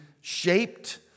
shaped